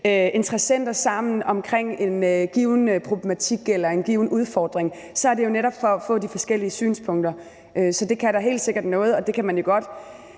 interessenter sammen omkring en given problematik eller en given udfordring; så er det jo netop for at få de forskellige synspunkter. Så det kan da helt sikkert noget, og det kan man jo godt